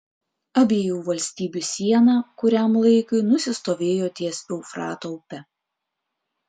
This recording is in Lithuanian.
abiejų valstybių siena kuriam laikui nusistovėjo ties eufrato upe